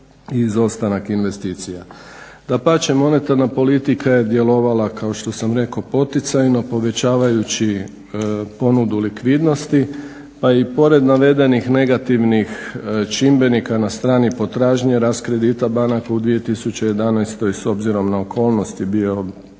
i izostanak investicija. Dapače, monetarna politika je djelovala kao što sam rekao poticajno povećavajući ponudu likvidnosti pa je i pored navedenih negativnih čimbenika na strani potražnje rast kredita banaka u 2011. s obzirom na okolnosti bio razmjerno